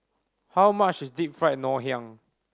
how much is Deep Fried Ngoh Hiang